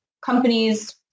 companies